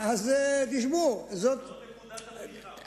זו נקודת הפתיחה.